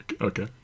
Okay